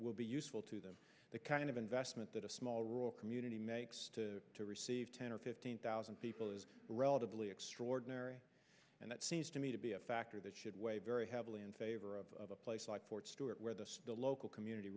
will be useful to them the kind of investment that a small rural community makes to to receive ten or fifteen thousand people is relatively extraordinary and that seems to me to be a factor that should weigh very heavily in favor of a place like fort stewart where the local community